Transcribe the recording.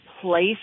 place